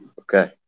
Okay